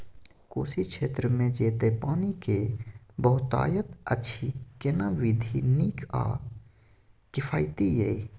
कोशी क्षेत्र मे जेतै पानी के बहूतायत अछि केना विधी नीक आ किफायती ये?